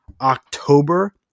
October